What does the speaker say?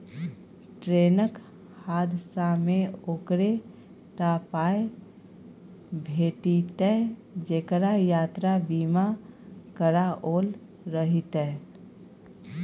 ट्रेनक हादसामे ओकरे टा पाय भेटितै जेकरा यात्रा बीमा कराओल रहितै